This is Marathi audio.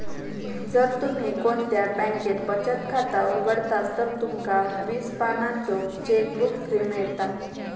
जर तुम्ही कोणत्या बॅन्केत बचत खाता उघडतास तर तुमका वीस पानांचो चेकबुक फ्री मिळता